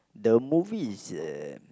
the movie is uh